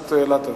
הכנסת אילטוב.